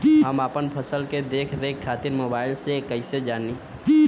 हम अपना फसल के देख रेख खातिर मोबाइल से कइसे जानी?